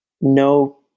no